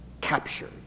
captured